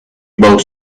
both